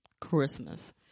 Christmas